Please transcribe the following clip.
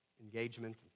engagement